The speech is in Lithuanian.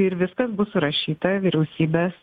ir viskas bus surašyta vyriausybės